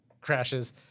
crashes